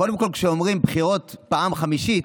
קודם כול, כשאומרים בחירות פעם חמישית,